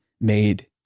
made